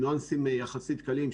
ניואנסים יחסית קלים,